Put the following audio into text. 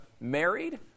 married